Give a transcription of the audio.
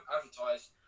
advertised